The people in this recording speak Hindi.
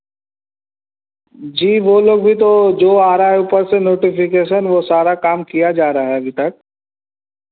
जी वह लोग भी तो जो आ रहा है ऊपर से नोटिफिकेशन वह सारा काम किया जा रहा है अभी तक